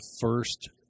first